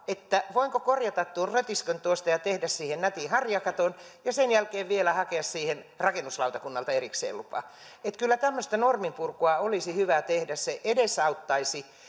voinko korjata tuon rötiskön tuosta ja tehdä siihen nätin harjakaton ja sen jälkeen vielä hakea siihen rakennuslautakunnalta erikseen lupa kyllä tämmöistä norminpurkua olisi hyvä tehdä se edesauttaisi